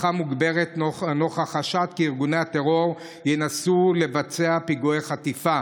אבטחה מוגברת נוכח חשד כי ארגוני הטרור ינסו לבצע פיגועי חטיפה.